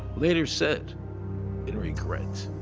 later said in regret.